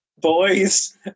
Boys